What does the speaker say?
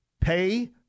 Pay